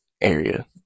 area